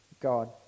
God